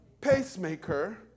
pacemaker